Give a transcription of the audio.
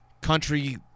country